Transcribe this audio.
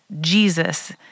Jesus